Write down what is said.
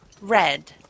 red